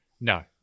No